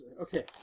Okay